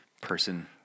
person